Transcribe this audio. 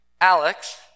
Alex